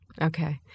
Okay